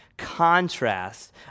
contrast